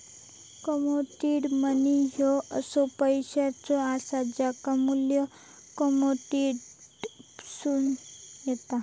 commodity money ह्यो असो पैसो असा ज्याचा मू्ल्य कमोडिटीतसून येता